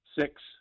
Six